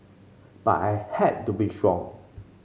but I had to be strong